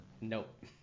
Nope